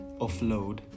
offload